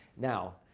now,